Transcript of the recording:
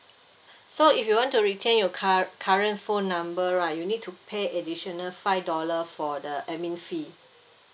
so if you want to retain your cur~ current phone number right you need to pay additional five dollar for the admin fee